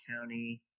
county